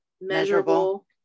Measurable